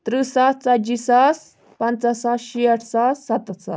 ترٕہ ساس ژَتجی ساس پَنٛژاہ ساس شیٹھ ساس سَتَتھ ساس